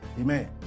amen